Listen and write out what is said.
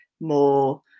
more